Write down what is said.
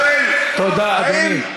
למה אתה מכליל?